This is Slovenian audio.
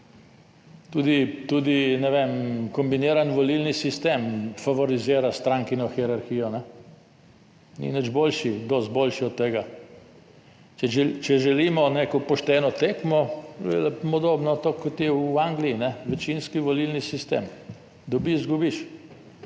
vem, kombiniran volilni sistem favorizira strankino hierarhijo, ni nič boljši, dosti boljši od tega. Če želimo neko pošteno tekmo je podobno, kot je v Angliji. Večinski volilni sistem "dobi, izgubiš"